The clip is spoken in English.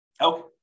Okay